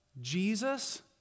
Jesus